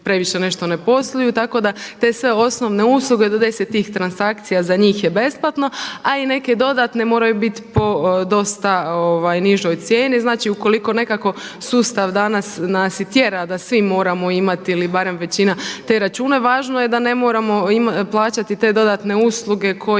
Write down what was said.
previše nešto ne posluju tako da te sve osnovne usluge do 10 tih transakcija za njih je besplatno a i neke dodatne moraju biti po dosta nižoj cijeni. Znači ukoliko nekako sustav danas nas i tjera da svi moramo imati ili barem većina te račune, važno je da ne moramo plaćati te dodatne usluge koje